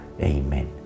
Amen